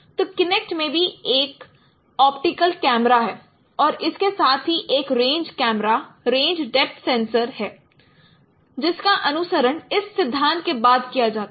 तो किनेक्ट में भी है एक ऑप्टिकल कैमरा और इसके साथ ही एक range camera range depth sensor है जिसका अनुसरण इस सिद्धांत के बाद किया जाता है